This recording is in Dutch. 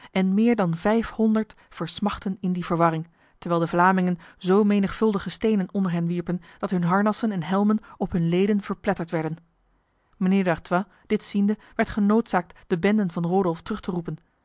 en meer dan vijfhonderd versmachtten in die verwarring terwijl de vlamingen zo menigvuldige stenen onder hen wierpen dat hun harnassen en helmen op hun leden verpletterd werden mijnheer d'artois dit ziende werd genoodzaakt de benden van rodolf terug te roepen